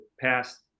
past